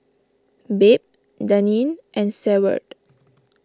Babe Daneen and Seward